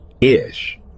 ish